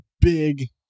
big